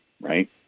right